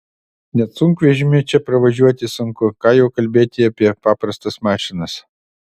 net sunkvežimiu čia pravažiuoti sunku ką jau kalbėti apie paprastas mašinas